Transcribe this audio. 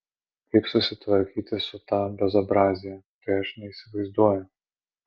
kaip susitvarkyti su ta bezobrazija tai aš neįsivaizduoju